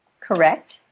Correct